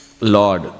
Lord